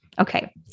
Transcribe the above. Okay